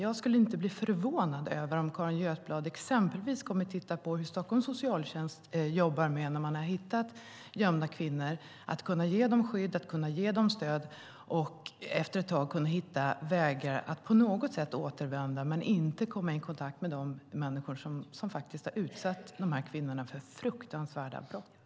Jag skulle inte bli förvånad om Carin Götblad exempelvis kommer att titta på hur Stockholms socialtjänst jobbar när man hittat gömda kvinnor. Det handlar om att ge kvinnorna skydd och stöd och att de efter ett tag ska kunna hitta vägar att på något sätt återvända men inte komma i kontakt med de människor som har utsatt dem för fruktansvärda brott.